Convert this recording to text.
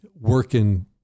working